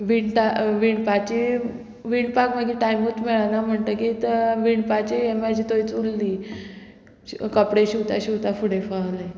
विणटा विणपाची विणपाक मागीर टायमूच मेळना म्हणटकीत विणपाचें हें म्हाजी थंयच उरली कपडे शिंवता शिंवता फुडें पावलें